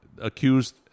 accused